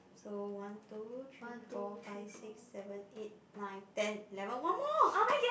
so one two three four five six seven eight nine ten eleven one more